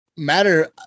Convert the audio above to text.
matter